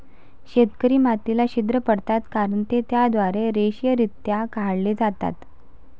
शेतकरी मातीला छिद्र पाडतात कारण ते त्याद्वारे रेषीयरित्या काढले जातात